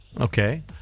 Okay